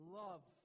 love